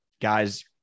Guys